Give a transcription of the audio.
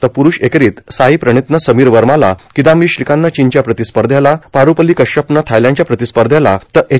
तर पुरूष एकेरीत साई प्रणितनं समीर वर्माला किदांबी श्रीकांतनं चीनच्या प्रतिस्पर्ध्याला पारूपल्ली कश्यपनं थायलंडच्या प्रतिस्पर्ध्याला तर एच